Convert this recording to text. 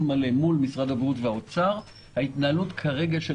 מלא מול משרדי הבריאות והאוצר ההתנהלות כרגע של